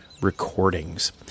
recordings